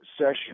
session